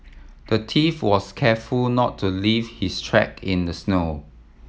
the thief was careful not to leave his track in the snow